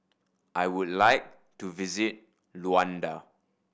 I would like to visit Luanda